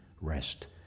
rest